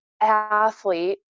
athlete